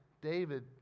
David